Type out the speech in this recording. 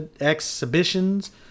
exhibitions